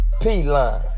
P-Line